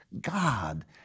God